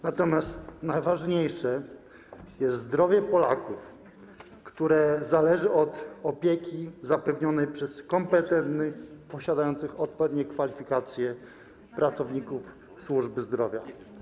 Natomiast najważniejsze jest zdrowie Polaków, które zależy od opieki zapewnionej przez kompetentnych, posiadających odpowiednie kwalifikacje pracowników służby zdrowia.